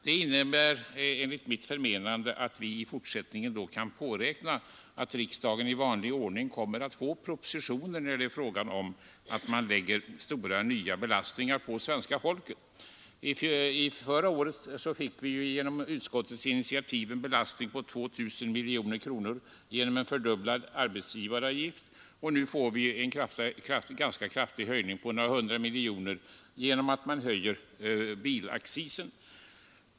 Det innebär enligt mitt förmenande att vi i fortsättningen kan påräkna att riksdagen i vanlig ordning kommer att få propositioner när det är fråga om att lägga stora, nya belastningar på svenska folket. Förra året fick vi på utskottets initiativ en belastning på 2 000 miljoner kronor genom en fördubblad arbetsgivaravgift, och nu får vi en ganska kraftig höjning, på några hundra miljoner, genom att man höjer bilaccisen.